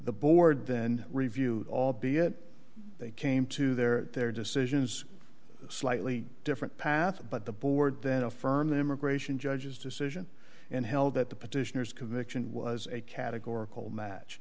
the board then review albeit they came to their their decisions a slightly different path but the board then affirmed immigration judge's decision and held that the petitioners conviction was a categorical match